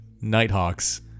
Nighthawks